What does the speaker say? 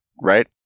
right